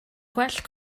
gwell